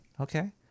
okay